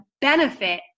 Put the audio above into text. benefit